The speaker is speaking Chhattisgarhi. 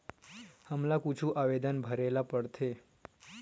हमला कुछु आवेदन भरेला पढ़थे?